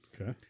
okay